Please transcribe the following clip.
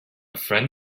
friend